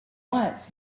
once